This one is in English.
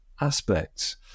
aspects